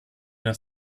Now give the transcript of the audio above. era